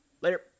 Later